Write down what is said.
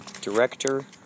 director